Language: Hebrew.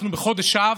אנחנו בחודש אב,